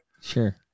Sure